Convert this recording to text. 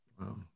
Wow